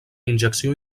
injecció